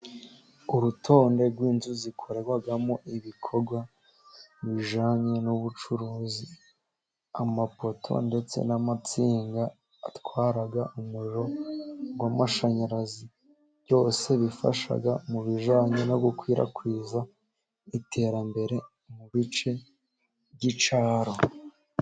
Urutonde rw'inzu zikorerwamo ibikorwa bijyanye n'ubucuruzi, amapoto ndetse n'amatsinga atwara umuriro w'amashanyarazi, byose bifasha mu bijyanye no gukwirakwiza iterambere mu bice by'icyaro.